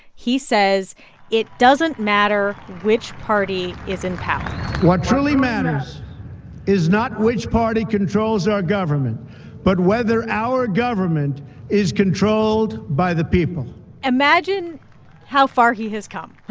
he says it doesn't matter which party is in power what truly matters is not which party controls our government but whether our government is controlled by the people imagine how far he has come.